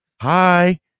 Hi